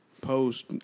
post